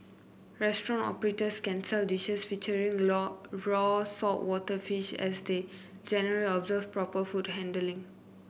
restaurant operators can sell dishes featuring raw raw saltwater fish as they generally observe proper food handling